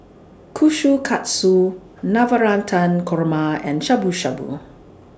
Kushikatsu Navratan Korma and Shabu Shabu